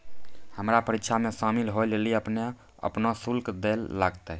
हमरा परीक्षा मे शामिल होय लेली अपनो शुल्क दैल लागतै